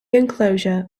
enclosure